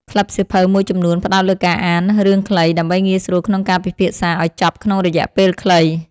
ក្លឹបសៀវភៅមួយចំនួនផ្ដោតលើការអាន រឿងខ្លី ដើម្បីងាយស្រួលក្នុងការពិភាក្សាឱ្យចប់ក្នុងរយៈពេលខ្លី។